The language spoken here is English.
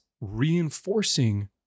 reinforcing